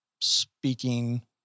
speaking